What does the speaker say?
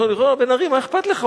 אז בוא, בן-ארי, מה אכפת לך?